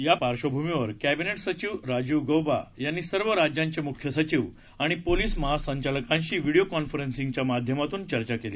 या पार्श्वभूमीवर कॅबिनेट सचिव राजीव गौबा यांनी सर्व राज्यांचे मुख्य सचिव आणि पोलिस महासंचालकांशी व्हिडीओ कॉन्फरन्सिंगच्या माध्यमातून चर्चा केली